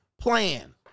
plan